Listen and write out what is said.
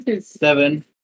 Seven